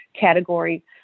category